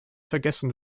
vergessen